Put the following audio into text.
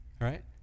right